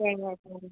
തേങ്ങ ഒക്കെ